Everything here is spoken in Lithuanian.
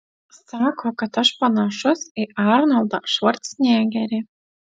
sako kad aš panašus į arnoldą švarcnegerį